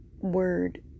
word